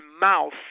mouth